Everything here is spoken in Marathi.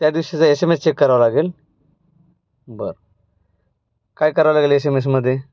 त्या दिवशीचा एस एम एस चेक करावा लागेल बरं काय करावं लागेल एस एम एसमध्ये